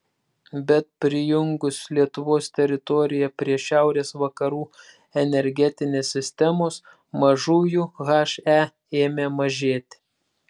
bet prijungus lietuvos teritoriją prie šiaurės vakarų energetinės sistemos mažųjų he ėmė mažėti